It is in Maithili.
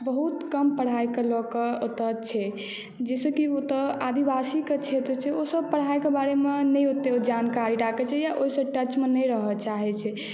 बहुत कम पढ़ाइके लऽ कऽ ओतय छै जाहिसँ कि ओतय आदिवासीके क्षेत्र छै ओसभ पढ़ाइके बारेमे नहि ओतेक जानकारी राखैत छै या ओहिसँ टचमे नहि रहय चाहैत छै